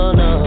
no